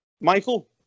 Michael